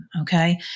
Okay